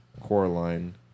Coraline